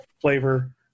flavor